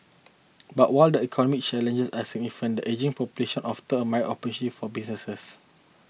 but while the economic challenges are significant the ageing population offers a myriad of opportunity for businesses